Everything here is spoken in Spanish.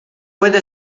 puedo